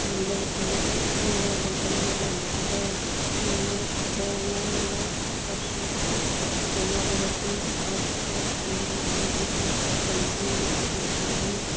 വെളിച്ചെണ്ണക്ക് അങ്ങനെ എല്ലാറ്റിനും വിലയുണ്ടപ്പം തേങ്ങ തേങ്ങ തേങ്ങയുള്ള കർഷകർക്ക് മുടങ്ങാതെ വെട്ടി ആട്ടിച്ച് ആട്ടിച്ച വെളിച്ചെണ്ണ കൊടുത്താലും